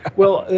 well,